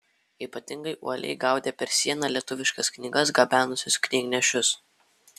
ypatingai uoliai gaudė per sieną lietuviškas knygas gabenusius knygnešius